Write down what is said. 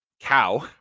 cow